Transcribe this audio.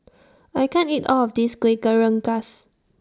I can't eat All of This Kueh Rengas